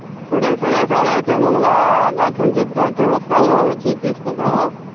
సరే సరే సార్ ఐతే మమ్మల్ని అడ్రస్ కొంచెం చెప్పావు అంటే వస్తాము వచ్చి తీసుకుంటాము